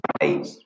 eight